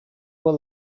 were